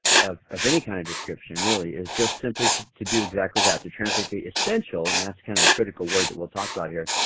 of of any kind of description really is just simply to to do exactly that, to translate the essential, and that's kind of a critical word that we'll talk about here,